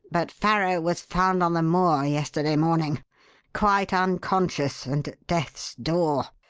but farrow was found on the moor yesterday morning quite unconscious and at death's door.